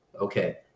okay